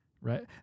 Right